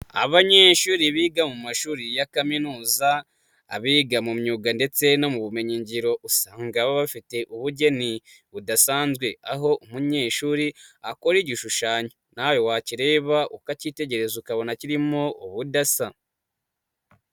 Abanyeshuri biga mu mashuri ya kaminuza, abiga mu myuga ndetse no mu bumenyingiro, usanga baba bafite ubugeni budasanzwe, aho umunyeshuri akora igishushanyo nawe wakirereba, ukacyitegereza ukabona kirimo ubudasa.